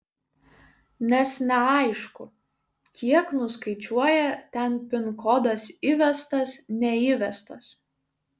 nes neaišku kiek nuskaičiuoja ten pin kodas įvestas neįvestas